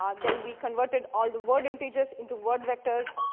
um then we converted all the word integers into word vectors.